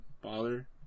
bother